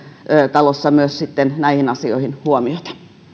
talossa myös näihin asioihin huomiota